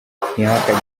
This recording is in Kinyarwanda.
ntihakagire